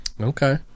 Okay